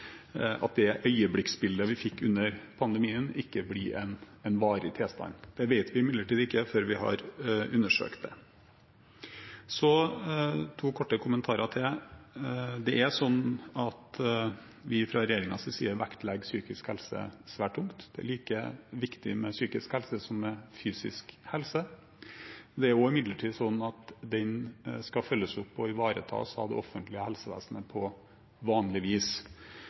fikk under pandemien, ikke blir en varig tilstand. Det vet vi imidlertid ikke før vi har undersøkt det. To korte kommentarer til: Fra regjeringens side vektlegger vi psykisk helse svært tungt. Psykisk helse er like viktig som fysisk helse. Det er imidlertid sånn at den skal følges opp og ivaretas av det offentlige helsevesenet på vanlig vis.